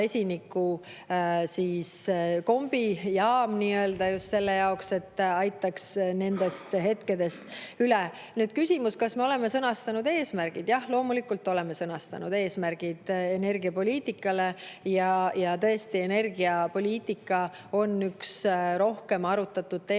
vesiniku kombijaam just selle jaoks, et aitaks nendest hetkedest üle. Nüüd küsimus, kas me oleme sõnastanud eesmärgid. Jah, loomulikult oleme sõnastanud eesmärgid energiapoliitikale, ja tõesti, energiapoliitika on üks rohkem arutatud teemasid